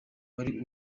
wari